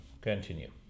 Continue